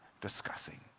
discussing